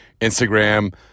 Instagram